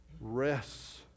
rests